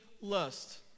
lust